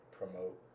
promote